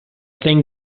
think